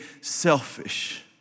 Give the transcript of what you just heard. selfish